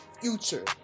future